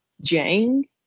Jang